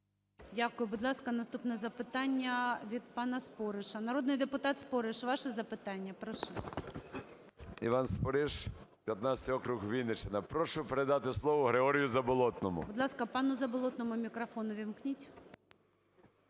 Дякую. Будь ласка, наступне запитання від пана Спориша. Народний депутат Спориш, ваше запитання, прошу. 11:59:10 СПОРИШ І.Д. Іван Спориш, 15 округ, Вінниччина. Прошу передати слово Григорію Заболотному. ГОЛОВУЮЧИЙ. Будь ласка, пану Заболотному мікрофон увімкніть.